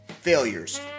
failures